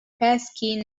passkey